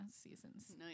Seasons